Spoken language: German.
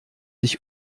ich